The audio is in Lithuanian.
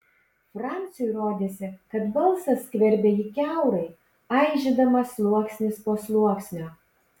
franciui rodėsi kad balsas skverbia jį kiaurai aižydamas sluoksnis po sluoksnio